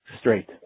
straight